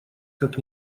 как